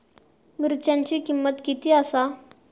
मिरच्यांची किंमत किती आसा?